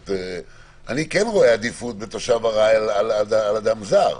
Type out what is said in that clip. אני כן רואה עדיפות לתושב ארעי על אדם זר.